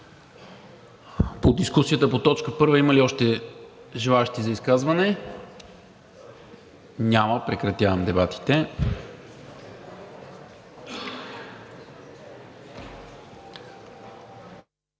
В дискусията по точка първа има ли още желаещи за изказвания? Няма. Прекратявам дебатите.